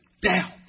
Doubt